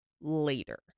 later